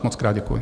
Mockrát děkuji.